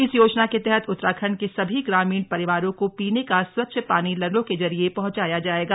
इस योजना के तहत उत्तराखण्ड के सभी ग्रामीण परिवारों को पीने का स्वच्छ पानी नलों के जरिए पहंचाया जायेगा